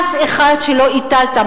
מס אחד שלא הטלת,